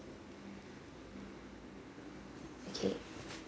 okay